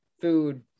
food